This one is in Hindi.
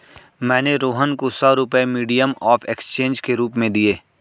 मैंने रोहन को सौ रुपए मीडियम ऑफ़ एक्सचेंज के रूप में दिए